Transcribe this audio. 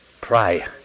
Pray